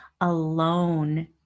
alone